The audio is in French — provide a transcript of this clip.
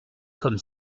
comme